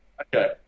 Okay